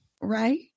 Right